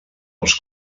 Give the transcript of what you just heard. els